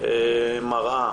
מראה